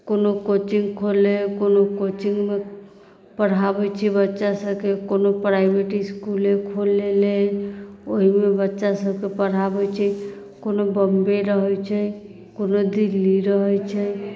कोनो कोचिंग खोलने हइ कोनो कोचिंगमे पढ़ाबैत छै बच्चासभके कोनो प्राइभेट इस्कुले खोलि लेने अछि ओहिमे बच्चासभके पढ़ाबैत छै कोनो बम्बइ रहैत छै कोनो दिल्ली रहैत छै